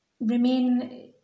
Remain